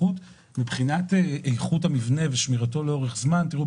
מבחינת איכות המבנה ושמירתו לאורך זמן תראו,